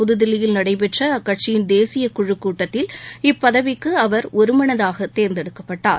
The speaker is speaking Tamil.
புதுதில்லியில் நடைபெற்ற அக்கட்சியின் தேசிய குழு கூட்டத்தில் இப்பதவிக்கு அவர் ஒருமனதாக தேர்ந்தெடுக்கப்பட்டார்